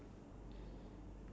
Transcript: without the top bread